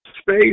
Space